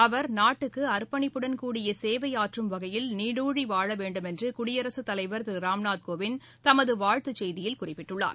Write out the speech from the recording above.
அவர் நாட்டுக்கு அர்ப்பணிப்புடன் கூடிய சேவையாற்றும் வகையில் நீடூழி வாழ வேண்டுமென்று குடியரசுத் தலைவா் திரு ராம்நாத் கோவிந்த் தமது வாழ்த்துச் செய்தியில் குறிப்பிட்டுள்ளார்